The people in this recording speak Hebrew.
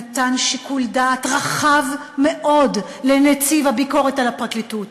נתן שיקול דעת רחב מאוד לנציב הביקורת על הפרקליטות.